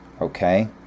Okay